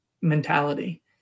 mentality